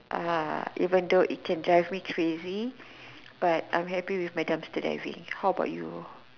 uh even though it can drive me crazy but I'm happy with me dumpster diving how about you